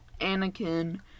Anakin